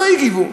לא הגיבו.